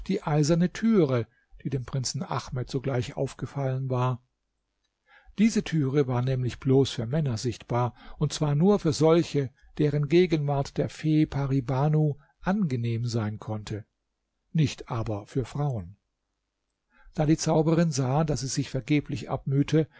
die eiserne türe die dem prinzen ahmed sogleich aufgefallen war diese türe war nämlich bloß für männer sichtbar und zwar nur für solche deren gegenwart der fee pari banu angenehm sein konnte nicht aber für frauen da die zauberin sah daß sie sich vergeblich abmühte